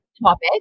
topic